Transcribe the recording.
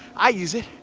i use it.